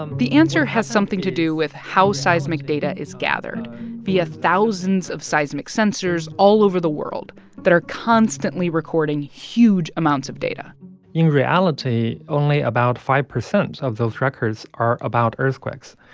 um the answer has something to do with how seismic data is gathered via thousands of seismic sensors all over the world that are constantly recording huge amounts of data in reality, only about five percent of those records are about earthquakes,